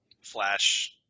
Flash